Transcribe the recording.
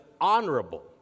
honorable